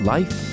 Life